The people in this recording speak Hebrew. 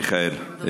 מיכאל.